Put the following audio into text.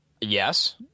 Yes